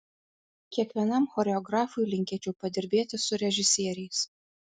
kiekvienam choreografui linkėčiau padirbėti su režisieriais